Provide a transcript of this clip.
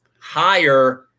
higher